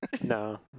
no